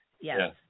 yes